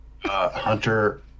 Hunter